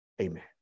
Amen